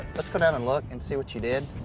let's go down and look and see what you did.